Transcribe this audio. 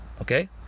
Okay